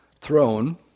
throne